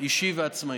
אישי ועצמאי.